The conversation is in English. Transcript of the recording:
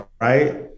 right